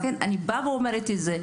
לכן אני באה ואומרת את זה,